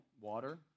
water